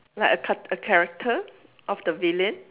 like a ch~ a character of the villain